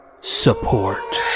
support